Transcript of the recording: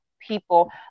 people